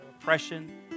oppression